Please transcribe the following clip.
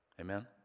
amen